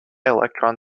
electron